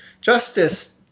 Justice